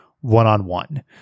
one-on-one